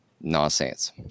Nonsense